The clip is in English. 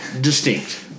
Distinct